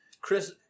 Chris